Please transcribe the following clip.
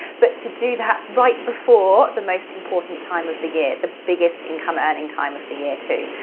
but to do that right before the most important time of the year, the biggest income earning time of the year too.